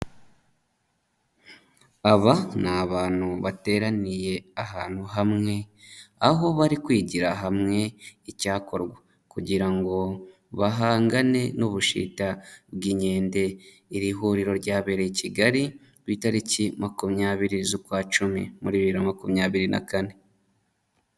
Aba ni abantu bateraniye ahantu hamwe, aho bari kwigira hamwe icyakorwa, kugira ngo bahangane n'ubushita bw'inkende, iri huriro ryabereye i Kigali ku itariki makumyabiri z'ukwacumi, muri bibiri na makumyabiri na kane.